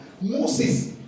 Moses